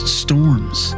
storms